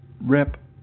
Rep